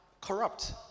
corrupt